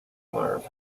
nerve